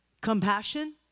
Compassion